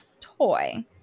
toy